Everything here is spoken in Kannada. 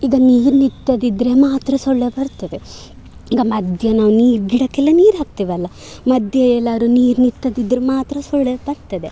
ಈಗ ನೀರು ನಿತ್ತದಿದ್ರೆ ಮಾತ್ರ ಸೊಳ್ಳೆ ಬರ್ತದೆ ಈಗ ಮಧ್ಯಾಹ್ನ ನೀರು ಗಿಡಕ್ಕೆಲ್ಲ ನೀರು ಹಾಕ್ತೇವೆಲ್ಲ ಮಧ್ಯೆ ಎಲ್ಲರೂ ನೀರು ನಿತ್ತದಿದ್ರೆ ಮಾತ್ರ ಸೊಳ್ಳೆ ಬರ್ತದೆ